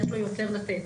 יהיה לו יותר לתת,